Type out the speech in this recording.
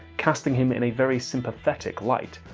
casting him in a very sympathetic light.